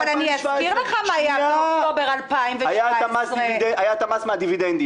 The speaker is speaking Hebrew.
אני אסביר לך מה היה באוקטובר 2017. היה את המס מהדיבידנדים.